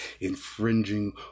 infringing